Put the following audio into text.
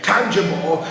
Tangible